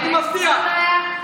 אני מבטיח.